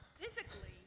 physically